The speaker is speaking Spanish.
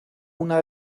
una